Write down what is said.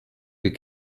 you